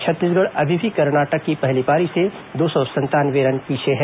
छत्तीसगढ़ अभी भी कर्नाटक की पहली पारी से दो सौ संतानवे रन पीछे है